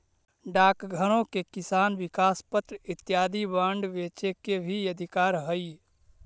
डाकघरो के किसान विकास पत्र इत्यादि बांड बेचे के भी अधिकार हइ